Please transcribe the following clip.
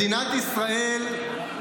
מדינת ישראל,